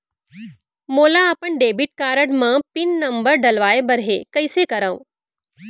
मोला अपन debit card म पिन नंबर डलवाय बर हे कइसे करव?